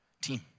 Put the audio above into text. team